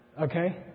okay